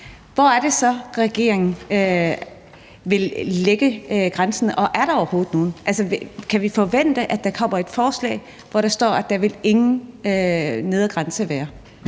hvor vil regeringen sætte grænsen, og er der overhovedet nogen grænse? Kan vi forvente, at der kommer et forslag, hvor der vil stå, at der ingen nedre grænse vil